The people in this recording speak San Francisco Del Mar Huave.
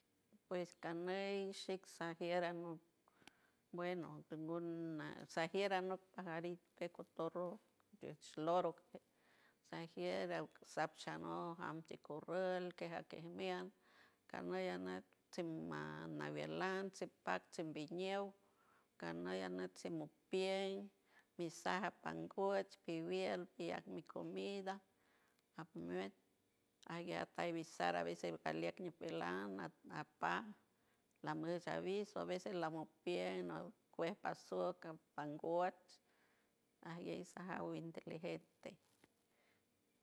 Pues caney shixsajierannu bueno guternu nasajiera not pajaricte cotorro diesh loroque sajiiera uque sap shanoon anticorrolque janquejemia camey anac ti manabelanche pac chimiñieu cameya notche mucpien misaja panguuch pibiel biel mi comida apumein ayj veig shibimisarabsaranbe jaliegnio juelayna nanpa lash miesh shabismo lamapierno cuen pasoca pangoet aiyejsajaguande sinteligente